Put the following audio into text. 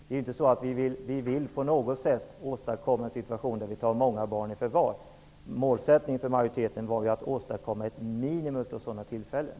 På inget sätt vill vi åstadkomma en situation där många barn tas i förvar. Majoritetens målsättningen var att åstadkomma ett minimum av sådana tillfällen.